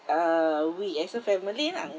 uh we as a family lah